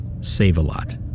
Save-A-Lot